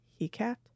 Hecat